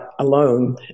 alone